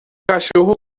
cachorro